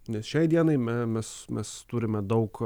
nes šiai dienai me mes mes turime daug